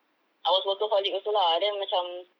I was workaholic also lah then macam